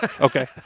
Okay